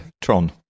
Tron